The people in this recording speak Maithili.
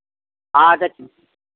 हँ देख